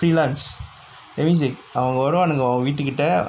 freelance that means they அவனுங்க வருவானுங்க உன் வீட்டுகிட்ட:avanungga varuvaanungga un veetukitta